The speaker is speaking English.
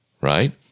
right